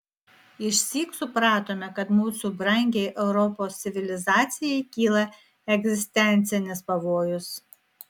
išsyk supratome kad mūsų brangiai europos civilizacijai kyla egzistencinis pavojus